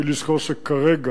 צריך לזכור שכרגע